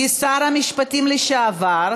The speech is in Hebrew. כשרת המשפטים לשעבר,